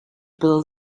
build